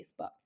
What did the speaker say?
Facebook